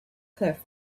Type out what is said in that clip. cliff